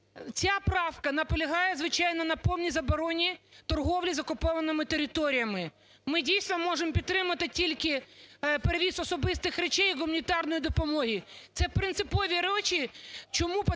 Ця правка наполягає, звичайно, на повній забороні торгівлі з окупованими територіями. Ми, дійсно, можемо підтримати тільки перевіз особистих речей і гуманітарної допомоги. Це принципові речі, чому патріоти